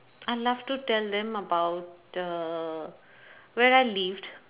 I love to tell them about the where I lived